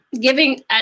giving